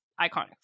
iconic